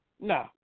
nah